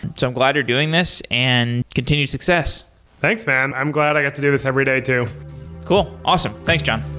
so i'm glad you're doing this and continue the success thanks, man. i'm glad i got to do this every day too cool. awesome. thanks, jon